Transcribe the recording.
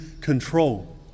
control